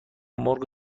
مرغ